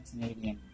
Canadian